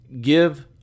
give